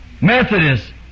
Methodist